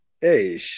Hey